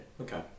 okay